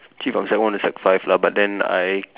actually from sec one to sec five lah but then I